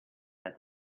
that